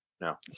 No